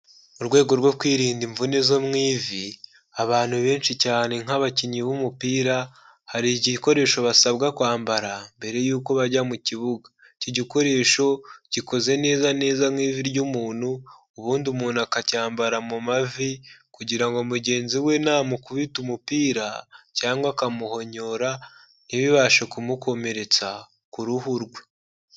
Mu rwego rwo kwirinda imvune zo mu ivi abantu benshi cyane nk'abakinnyi b'umupira hari igikoresho basabwa kwambara mbere y'uko bajya mu kibuga, icyo gikoresho gikoze neza neza nk'ivi ry'umuntu, ubundi umuntu akacyambara mu mavi kugira ngo mugenzi we namukubita umupira cyangwa akamuhonyora ntibibashe kumukomeretsa ku ruhu rwe.